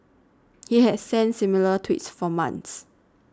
he had sent similar tweets for months